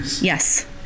Yes